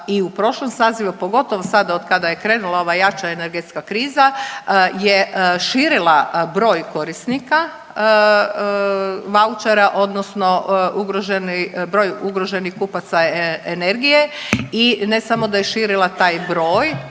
i u prošlom sazivu, pogotovo sada otkad je krenula ova jača energetska kriza je širila broj korisnika vaučera odnosno ugroženi, broj ugroženih kupaca energije i ne samo da je širila taj broj,